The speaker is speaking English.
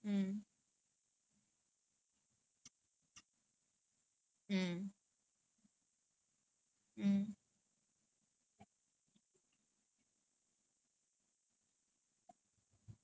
I think the malay I I don't I don't know I think I can eat the indian food also I never try lah but I eat from the malay food ya then now I cannot stay in hall also like I also don't know if hall have proper halal food